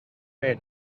may